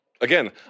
Again